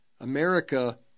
America